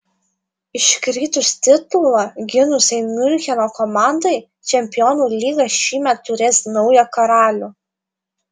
iškritus titulą gynusiai miuncheno komandai čempionų lyga šįmet turės naują karalių